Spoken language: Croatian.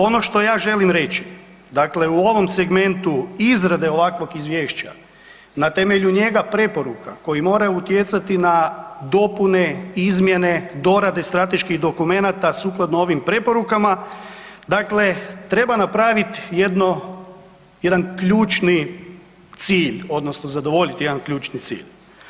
Ono što ja želim reći, dakle u ovom segmentu izrade ovakvog izvješća na temelju njega preporuka koja mora utjecati na dopune, izmjene, dorade strateških dokumenata sukladno ovim preporukama, dakle treba napravit jedno, jedan ključni cilj odnosno zadovoljiti jedan ključni cilj.